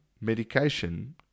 medication